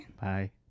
bye